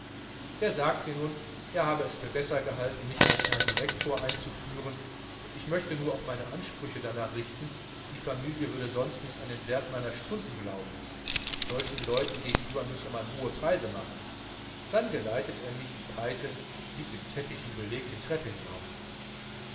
der sagte mir nun er habe es für besser gehalten mich als herr direktor einzuführen und ich möchte nur auch meine honoraransprüche darnach richten die familie würde sonst nicht an den wert meiner stunden glauben solchen leuten gegenüber müsse man hohe preise machen dann geleitete er mich die breite mit dicken teppichen belegte treppe hinauf